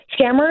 Scammers